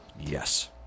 Yes